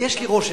ויש לי רושם,